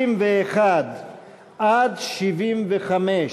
61 75,